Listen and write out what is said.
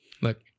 Look